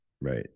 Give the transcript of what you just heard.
right